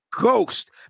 ghost